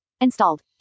Installed